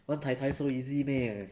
want 太太 so easy meh